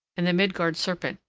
and the midgard serpent.